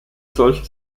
solche